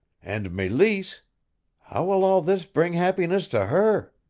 and meleese how will all this bring happiness to her?